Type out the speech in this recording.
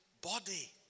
body